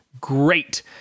great